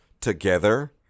together